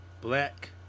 black